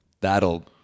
that'll